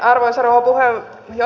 arvoisa rouva puheenjohtaja